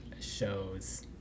shows